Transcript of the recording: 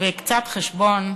וקצת חשבון,